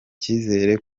cyizere